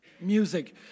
music